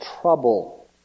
trouble